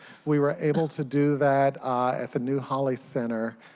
we were able to do that at the new holly center.